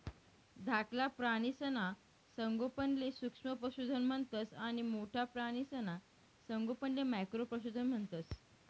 धाकला प्राणीसना संगोपनले सूक्ष्म पशुधन म्हणतंस आणि मोठ्ठा प्राणीसना संगोपनले मॅक्रो पशुधन म्हणतंस